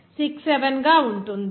67 గా ఉంటుంది